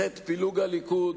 בחטא פילוג הליכוד,